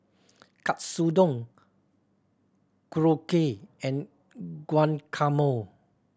Katsudon Korokke and Guacamole